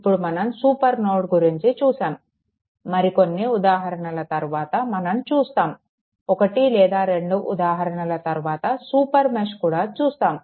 ఇప్పుడు మనం super node గురించి చూశాము మరి కొన్ని ఉదాహరణల తర్వాత మనం చూస్తాము ఒకటి లేదా రెండు ఉదాహరణలు తర్వాత సూపర్ మెష్ కూడా చూస్తాము